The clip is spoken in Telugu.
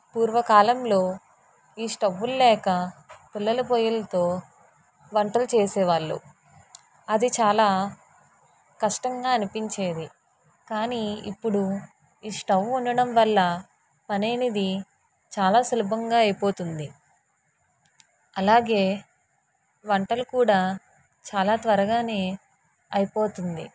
పూర్వకాలంలో ఈ స్టవ్వులు లేక పుల్లల పొయ్యిలతో వంటలు చేసేవాళ్లు అది చాలా కష్టంగా అనిపించేది కానీ ఇప్పుడు ఈ స్టవ్ ఉండడం వల్ల పని అనేది చాలా సులభంగా అయిపోతుంది అలాగే వంటలు కూడా చాలా త్వరగానే అయిపోతుంది